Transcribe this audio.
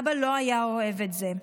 אבא לא היה אוהב את זה.